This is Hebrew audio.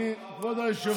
כבוד היושב-ראש,